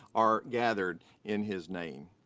are gathered in his name.